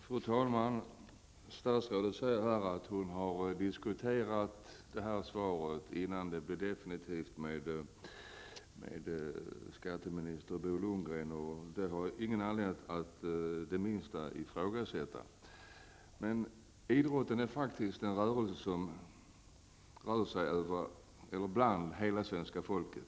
Fru talman! Statsrådet säger att hon har diskuterat interpellationssvaret, innan det blev definitivt, med skatteminister Bo Lundgren. Det har jag ingen anledning att det minsta ifrågasätta. Men idrotten är faktiskt en företeelse som berör hela svenska folket.